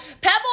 pebble